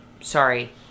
sorry